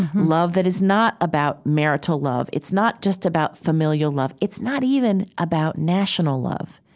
love that is not about marital love, it's not just about familial love. it's not even about national love.